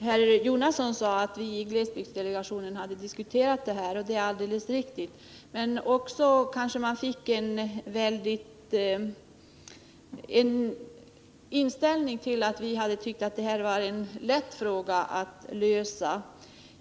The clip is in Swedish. Herr talman! Att jag anmälde mig till den här debatten berodde på att herr Jonasson sade att vi i glesbygdsdelegationen diskuterat frågan. Det är alldeles riktigt. Men man kanske också av hans anförande fick uppfattningen att vi tyckt att det här var en lätt fråga att lösa.